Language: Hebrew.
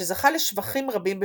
שזכה לשבחים רבים בפולין,